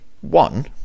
one